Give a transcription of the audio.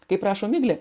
kaip rašo miglė